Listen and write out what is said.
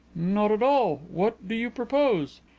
not at all. what do you propose?